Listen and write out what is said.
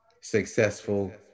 successful